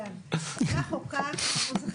כך או כך, מצוין.